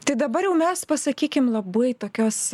tai dabar mes pasakykim labai tokias